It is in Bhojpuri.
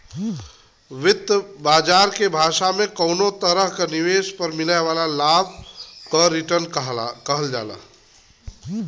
वित्त बाजार के भाषा में कउनो भी तरह निवेश पर मिले वाला लाभ क रीटर्न कहल जाला